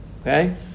Okay